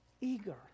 eager